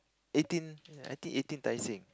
eighteen I think eighteen Tai Seng